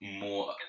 more